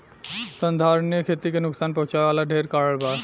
संधारनीय खेती के नुकसान पहुँचावे वाला ढेरे कारण बा